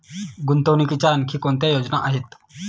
गुंतवणुकीच्या आणखी कोणत्या योजना आहेत?